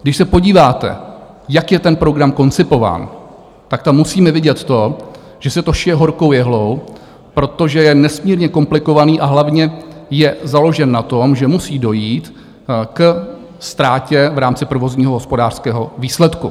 Když se podíváte, jak je ten program koncipován, tak tam musíme vidět to, že se to šije horkou jehlou, protože je nesmírně komplikovaný a hlavně je založen na tom, že musí dojít ke ztrátě v rámci provozního hospodářského výsledku.